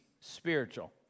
spiritual